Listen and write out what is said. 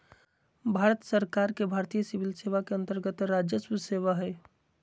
भारत सरकार के भारतीय सिविल सेवा के अन्तर्गत्त राजस्व सेवा हइ